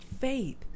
faith